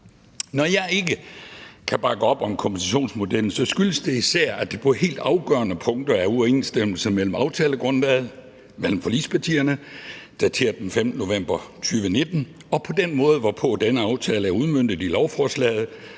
Når jeg ikke kan bakke op om kompensationsmodellen, skyldes det især, at der på helt afgørende punkter er uoverensstemmelse mellem aftalegrundlaget mellem forligspartierne dateret den 15. november 2019, og den måde, hvorpå denne aftale er udmøntet i lovforslaget